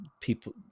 people